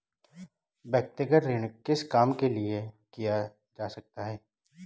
व्यक्तिगत ऋण किस काम के लिए किया जा सकता है?